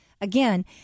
again